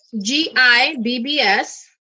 G-I-B-B-S